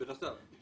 בנוסף.